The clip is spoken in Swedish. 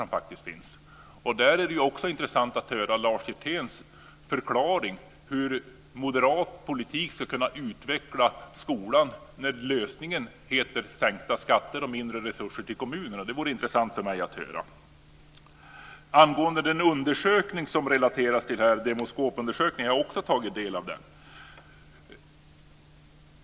Där skulle det vara intressant att höra Lars Hjerténs förklaring till hur moderat politik ska kunna utveckla skolan, när lösningen heter sänkta skatter och mindre resurser till kommunerna. Det vore intressant för mig att höra. Jag har också tagit del av den undersökning från Demoskop som relateras till här.